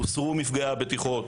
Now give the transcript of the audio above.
הוסרו מפגעי הבטיחות,